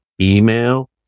email